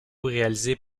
réalisé